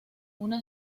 una